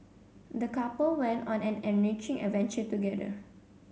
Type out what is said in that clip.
the couple went on an enriching adventure together